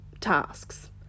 tasks